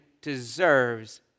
deserves